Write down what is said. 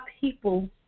people